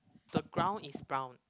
the ground is brown